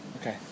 Okay